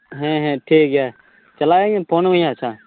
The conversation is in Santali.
ᱦᱮᱸ ᱦᱮᱸ ᱴᱷᱤᱠ ᱜᱮᱭᱟ ᱪᱟᱞᱟᱜ ᱟᱹᱧ ᱯᱷᱳᱱ ᱟᱹᱢᱟᱹᱧ ᱦᱟᱸᱜ ᱟᱪᱪᱷᱟ